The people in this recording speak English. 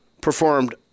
performed